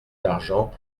d’argent